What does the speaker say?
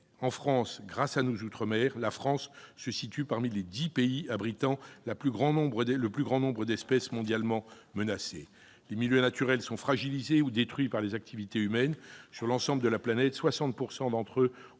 humaines. Avec ses outre-mer, la France se situe parmi les dix pays abritant le plus grand nombre d'espèces mondialement menacées. Les milieux naturels sont fragilisés ou détruits par les activités humaines : sur l'ensemble de la planète, 60 % d'entre eux